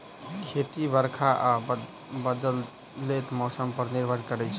खेती बरखा आ बदलैत मौसम पर निर्भर करै छै